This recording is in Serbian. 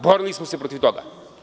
Borili smo se protiv toga.